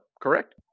Correct